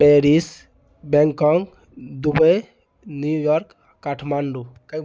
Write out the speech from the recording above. Paris Bangkok Dubai New York Kathmandu